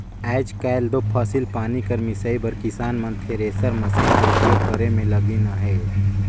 आएज काएल दो फसिल पानी कर मिसई बर किसान मन थेरेसर मसीन कर उपियोग करे मे लगिन अहे